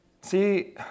See